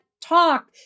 talk